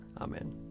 Amen